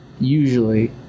usually